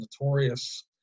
notorious